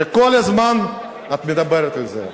שכל הזמן את מדברת על זה.